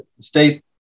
state